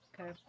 Okay